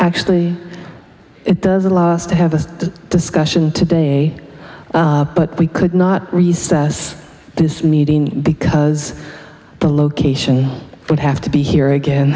actually it does allow us to have this discussion today but we could not recess this meeting because the location would have to be here again